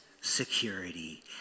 security